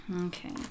Okay